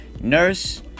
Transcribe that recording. nurse